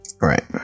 Right